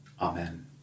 Amen